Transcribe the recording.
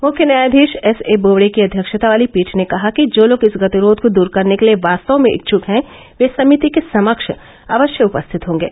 मुख्य न्यायाधीश S A Bobde की अव्यक्षता वाली पीठ ने कहा कि जो लोग इस गतिरोध को दूर करने के लिए वास्तव में इच्छुक हैं वे समिति के समक्ष अवश्य उपस्थित होंगे